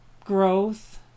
growth